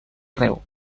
arreu